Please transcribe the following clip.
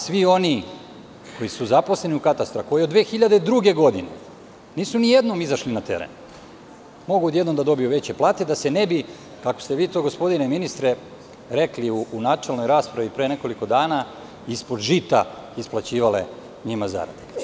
Svi oni koji su zaposleniu katastru, a koji od 2002. godine, nisu ni jednom izašli na teren, mogu odjednom da dobiju da se ne bi, kako ste vi to, gospodine ministre rekli u načelnoj raspravi pre nekoliko dana – ispod žita isplaćivale njima zarade.